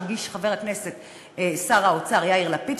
שהגיש חבר הכנסת שר האוצר יאיר לפיד,